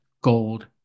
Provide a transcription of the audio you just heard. gold